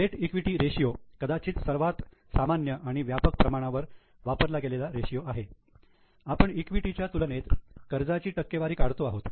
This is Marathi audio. डेट ईक्विटी रेशियो कदाचित सर्वात सामान्य आणि व्यापक प्रमाणावर वापरला गेलेला रेशियो आहे आपण ईक्विटी च्या तुलनेत कर्जाची टक्केवारी काढतो आहोत